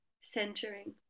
centering